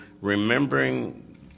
remembering